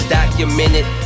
Documented